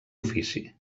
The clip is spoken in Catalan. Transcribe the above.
ofici